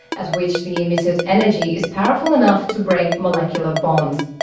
at which the emitted energy is powerful enough to break molecular bonds.